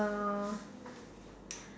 uh